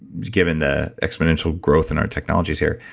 given the exponential growth in our technologies here,